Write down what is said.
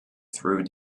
through